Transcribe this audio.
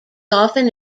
often